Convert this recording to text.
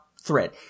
thread